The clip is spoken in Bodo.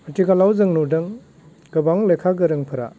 आथिखालाव जों नुदों गोबां लेखा गोरोंफोरा